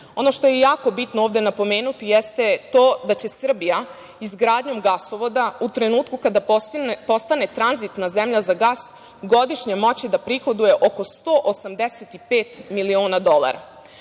što je jako bitno ovde napomenuti jeste to da će Srbija izgradnjom gasovoda u trenutku kada postane tranzitna zemlja za gas godišnje moći da prihoduje oko 185 miliona dolara. Takođe,